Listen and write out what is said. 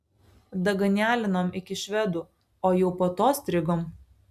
daganialinom iki švedų o jau po to strigom